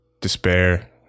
despair